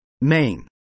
Main